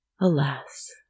Alas